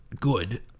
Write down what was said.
good